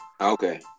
okay